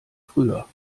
früher